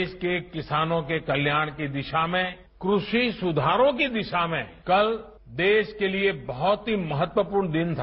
देश के किसानों के कल्याण की दिशा में कृषि सुधारों की दिशा में कल देश के लिए बहुत ही महत्वपूर्ण दिन था